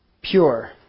pure